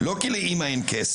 לא כי לאמא אין כסף.